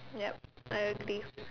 yup I agree